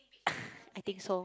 I think so